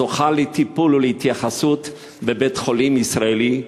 הזוכה לטיפול ולהתייחסות בבית-חולים ישראלי,